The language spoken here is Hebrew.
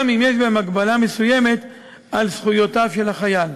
גם אם יש בהם הגבלה מסוימת של זכויותיו של החייל.